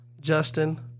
justin